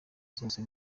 zose